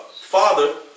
father